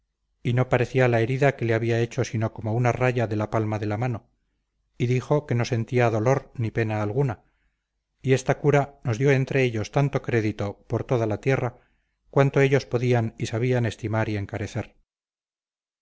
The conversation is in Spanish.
y no parecía la herida que le había hecho sino como una raya de la palma de la mano y dijo que no sentía dolor ni pena alguna y esta cura nos dio entre ellos tanto crédito por toda la tierra cuanto ellos podían y sabían estimar y encarecer